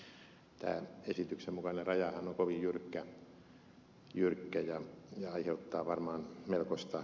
tämä esityksen mukainen rajahan on kovin jyrkkä ja aiheuttaa varmaan melkoista murinaa